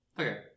Okay